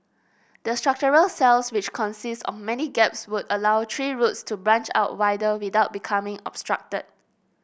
the structural cells which consist of many gaps would allow tree roots to branch out wider without becoming obstructed